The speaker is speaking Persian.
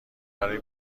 برای